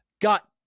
Got